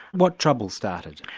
what trouble started?